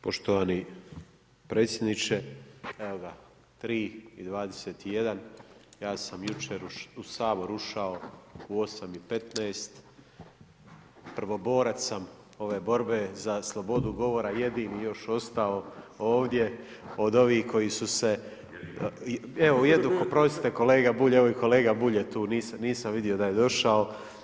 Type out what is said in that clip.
Poštovani predsjedniče, evo ga 3 i 21, ja sam jučer u Sabor ušao u 8 i 15, prvoborac sam ove borbe za slobodu govora, jedini još ostao ovdje od ovih koji su se, evo oprostite kolega Bulj, evo i kolega Bulj je ovdje nisam vidio da je došao.